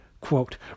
quote